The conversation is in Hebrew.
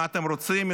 מה אתם רוצים?